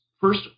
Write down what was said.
First